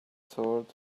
sword